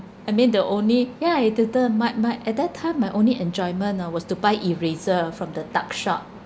I mean the only ya I didn't my my at that time my only enjoyment ah was to buy eraser from the tuck shop